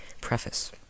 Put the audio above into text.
Preface